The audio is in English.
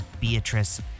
Beatrice